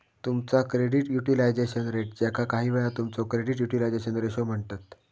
तुमचा credit utilization rate, ज्याका काहीवेळा तुमचो क्रेडिट युटिलायझेशन रेशो म्हणतत